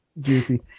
Juicy